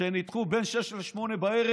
שנדחו בין 18:00 ל-20:00,